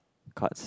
cards